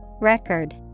Record